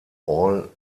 all